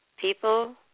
People